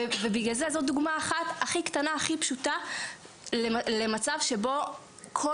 זאת דוגמה הכי קטנה ופשוטה למצב שבו כל